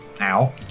Ow